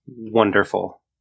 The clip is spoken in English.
wonderful